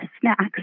snacks